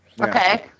Okay